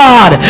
God